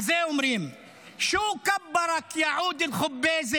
על זה אומרים: (אומר בערבית: מה גרם לך לצמוח,